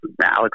Alex